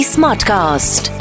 Smartcast